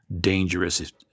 dangerous